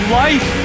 life